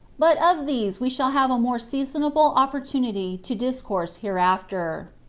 but of these we shall have a more seasonable opportunity to discourse hereafter.